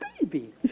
baby